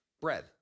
bread